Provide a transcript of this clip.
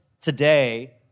today